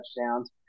touchdowns